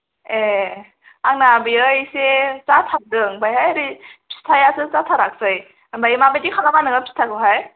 ए आंना बेयो इसे जासाबदों ओमफ्रायहाय ओरै फिथायासो जाथारासै ओमफ्राय माबायदि खालामा नोङो फिथाखौहाय